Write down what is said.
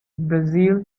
basil